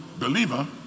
believer